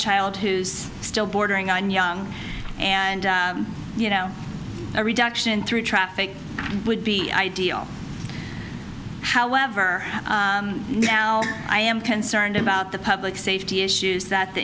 child who's still bordering on young and you know a reduction in through traffic would be ideal however now i am concerned about the public safety issues that the